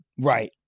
Right